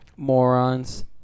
Morons